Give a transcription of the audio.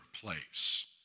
place